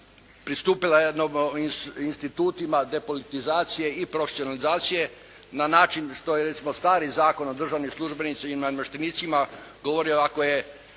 pristupila jednim institutima depolitizacije i profesionalizacije na način što je recimo stari Zakon o državnim službenicima i namještenicima govorio ako je